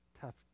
tough